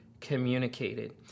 communicated